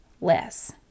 less